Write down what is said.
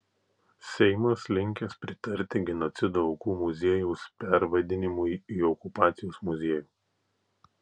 seimas linkęs pritarti genocido aukų muziejaus pervadinimui į okupacijos muziejų